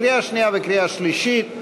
קריאה שנייה וקריאה שלישית.